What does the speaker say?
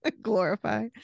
Glorify